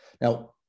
now